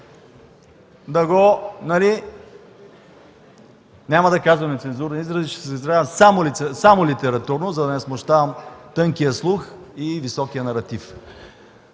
Няма да казвам нецензурни изрази. Ще се изразявам само литературно, за да не смущавам тънкия слух и високия наратив.